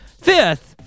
Fifth